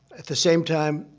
at the same time,